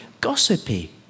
gossipy